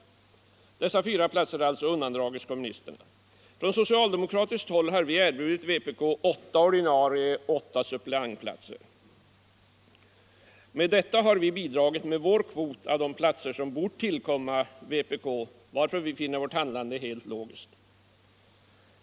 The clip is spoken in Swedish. Dessa 4 platser har alltså undandragits kommunisterna. Från socialdemokratiskt håll har vi erbjudit vpk 8 ordinarie platser och 8 suppleantplatser. Med detta har vi bidragit med vår kvot av de platser som bort tvllkomma vpk, varför vi finner vårt handlande heh logiskt.